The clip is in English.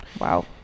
Wow